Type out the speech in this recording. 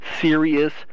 serious